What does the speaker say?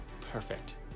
Perfect